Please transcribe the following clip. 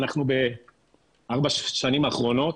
אנחנו בארבע השנים האחרונות,